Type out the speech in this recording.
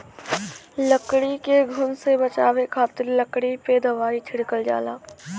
लकड़ी के घुन से बचावे खातिर लकड़ी पे दवाई छिड़कल जाला